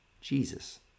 Jesus